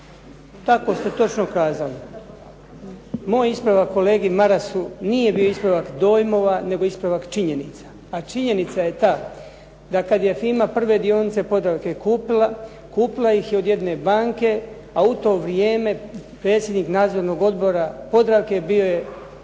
Tako ste točno kazali. Moj ispravak kolegi Marasu nije bio ispravak dojmova, nego ispravak činjenica. A činjenica je ta da kaj je FIMA prve dionice "Podravke" kupila, kupila ih je od jedne banke, a u to vrijeme predsjednik Nadzornog odbora "Podravke" bio je